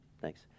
Thanks